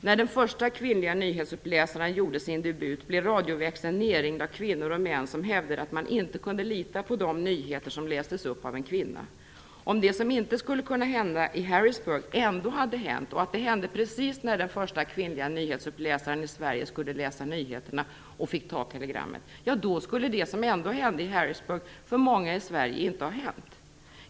När den första kvinnliga nyhetsuppläsaren gjorde sin debut blev radioväxeln nerringd av kvinnor och män som hävdade att man inte kunde lita på de nyheter som lästes upp av en kvinna. Om det som inte skulle kunna hända i Harrisburg ändå hade hänt och att det hände precis när den första kvinnliga nyhetsuppläsaren i Sverige skulle läsa nyheterna och fick ta telegrammet - ja, då skulle det som ändå hände i Harrisburg för många i Sverige inte ha hänt.